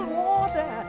water